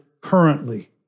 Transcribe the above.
currently